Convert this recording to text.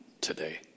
today